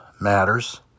matters